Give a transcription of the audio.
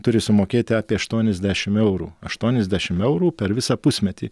turi sumokėti apie aštuoniasdešim eurų aštuoniasdešim eurų per visą pusmetį